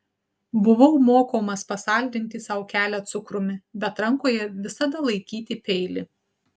buvau mokomas pasaldinti sau kelią cukrumi bet rankoje visada laikyti peilį